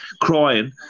crying